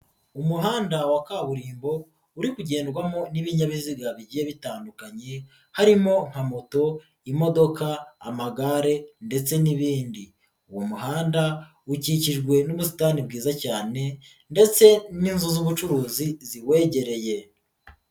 Umuhanda wa kaburimbo, uri kugendwamo n'ibinyabiziga bigiye bitandukanye, harimo nka moto, imodoka, amagare ndetse n'ibindi, uwo muhanda ukikijwe n'ubusitani bwiza cyane ndetse n'inzu z'ubucuruzi ziwegereye.